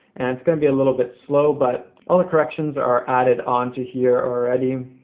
and it's gonna be a little bit slow, but all the corrections are added onto here already.